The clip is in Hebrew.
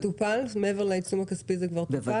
מעבר לעיצום הכספי זה כבר טופל?